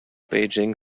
beijing